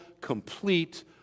complete